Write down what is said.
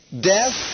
Death